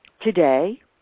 Today